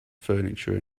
furniture